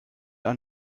ein